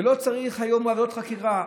ולא צריך היום ועדות חקירה.